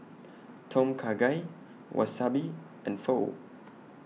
Tom Kha Gai Wasabi and Pho